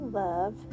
love